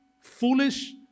foolish